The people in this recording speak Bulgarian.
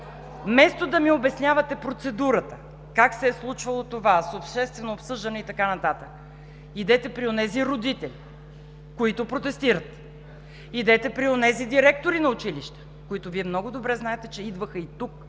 Вместо да ми обяснявате процедурата, как се е случвало това с обществено обсъждане и така нататък, идете при онези родители, които протестират, идете при онези директори на училища, които Вие много добре знаете, че идваха и тук